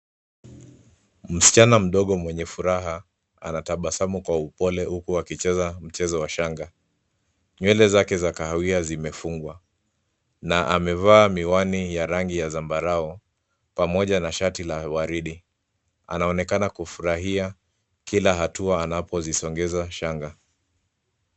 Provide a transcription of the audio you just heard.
Msichana mdogo mwenye furaha anatabasamu kwa upole huku akicheza mchezo wa shanga. Nywele zake za kahawia zimefungwa na amevaa miwani ya rangi ya zambarau pamoja na shati la waridi. Anaonekana kufurahia kila hatua anapozisongeza shanga.